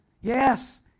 Yes